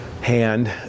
hand